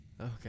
Okay